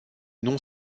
non